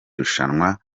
rushanwa